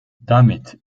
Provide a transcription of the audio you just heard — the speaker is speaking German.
damit